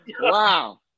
Wow